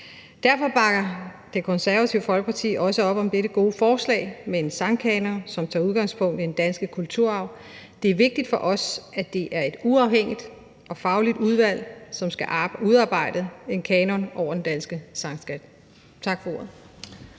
Derfor bakker Det Konservative Folkeparti også op om dette gode forslag om en sangkanon, som tager udgangspunkt i den danske kulturarv. Det er vigtigt for os, at det er et uafhængigt og fagligt udvalg, som skal udarbejde en kanon over den danske sangskat. Tak for ordet.